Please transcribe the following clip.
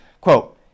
quote